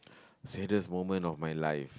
saddest moment of my ife